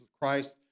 Christ